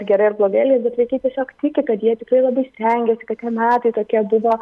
gerai ar blogai elgės bet vaikai tiesiog tiki kad jie tikrai labai stengėsi kad tie metai tokie buvo